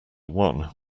one